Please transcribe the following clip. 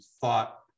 thought